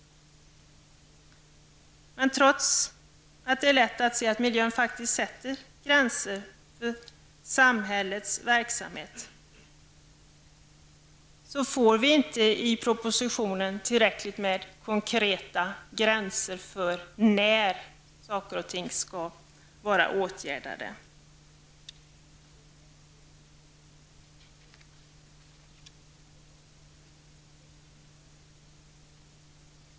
Men trots att det är lätt att se att miljön faktiskt sätter gränser för samhällets verksamhet, får vi i propositionen inte tillräckligt med konkreta gränser för när saker och ting skall vara åtgärdade.